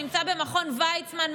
שנמצא במכון ויצמן,